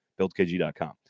BuildKG.com